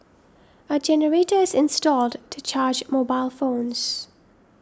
a generator is installed to charge mobile phones